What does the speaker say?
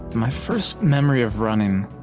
my first memory of running